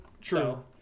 True